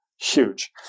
huge